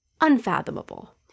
unfathomable